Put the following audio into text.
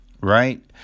right